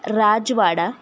राजवाडा